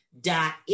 dot